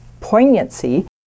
poignancy